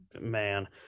man